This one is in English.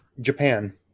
Japan